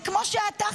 וכמו שאתה,